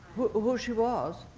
who she was?